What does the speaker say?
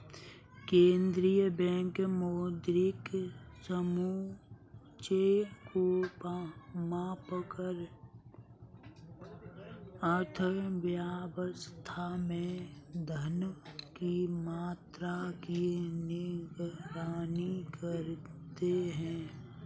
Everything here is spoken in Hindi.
केंद्रीय बैंक मौद्रिक समुच्चय को मापकर अर्थव्यवस्था में धन की मात्रा की निगरानी करते हैं